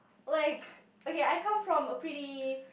like okay I come from a pretty